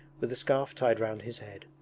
with a scarf tied round his head.